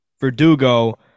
Verdugo